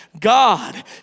God